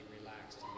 relaxed